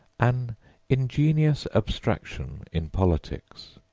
an ingenious abstraction in politics,